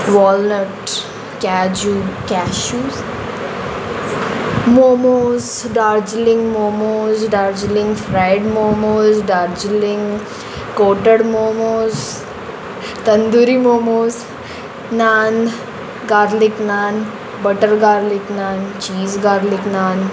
walnut kaju cashews momos Darjeeling momos Darjeeling fried momos Darjeeling coated momos tandoori momos naan garlic naan butter garlic naan cheese garlic naan